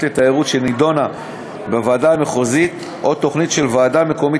לתיירות שנדונה בוועדה המחוזית או תוכנית של ועדה מקומית